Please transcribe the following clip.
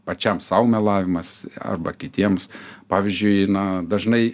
pačiam sau melavimas arba kitiems pavyzdžiui na dažnai